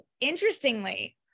interestingly